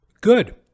Good